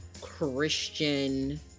Christian